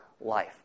life